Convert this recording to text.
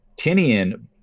Tinian